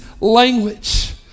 language